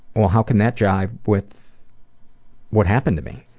well how can that jive with what happened to me?